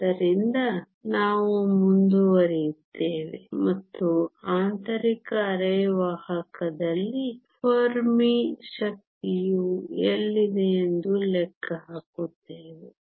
ಆದ್ದರಿಂದ ನಾವು ಮುಂದುವರಿಯುತ್ತೇವೆ ಮತ್ತು ಆಂತರಿಕ ಅರೆವಾಹಕನಲ್ಲಿ ಫೆರ್ಮಿ ಶಕ್ತಿಯು ಎಲ್ಲಿದೆ ಎಂದು ಲೆಕ್ಕ ಹಾಕುತ್ತೇವೆ